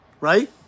right